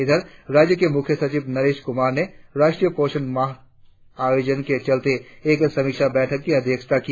इधर राज्य के मुख्य सचिव नरेश कुमार ने राष्ट्रीय पोषण माह आयोजन के चलते एक समीक्षा बैठक की अध्यक्षता की